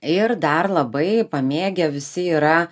ir dar labai pamėgę visi yra